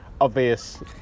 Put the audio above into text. obvious